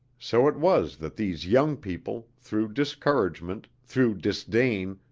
so it was that these young people, through discouragement, through disdain,